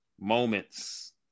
moments